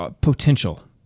potential